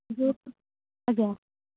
ବହୁତ ଆଜ୍ଞା